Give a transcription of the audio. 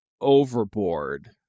Overboard